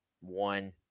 one